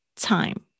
time